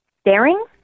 staring